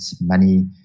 money